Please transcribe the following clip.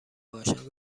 باشم